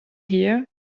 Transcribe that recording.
here